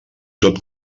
tot